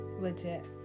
legit